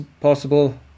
possible